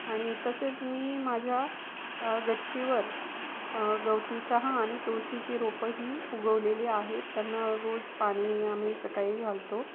आणि तसेच मी माझ्या गच्चीवर गवती चहा आणि तुळशीची रोपं ही उगवलेली आहेत त्यांना रोज पाणी आम्ही सकाळी घालतो